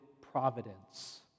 Providence